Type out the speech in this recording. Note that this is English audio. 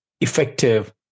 effective